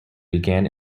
began